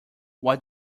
what